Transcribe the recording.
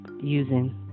using